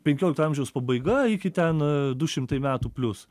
penkiolikto amžiaus pabaiga iki ten du šimtai metų plius